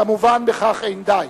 כמובן, בכך אין די.